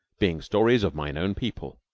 being stories of mine own people,